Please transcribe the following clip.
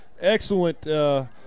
Excellent